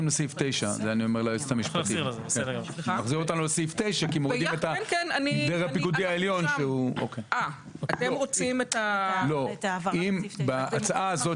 מחזיר אותנו לסעיף 9. אם בהצעה הזאת